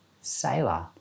Sailor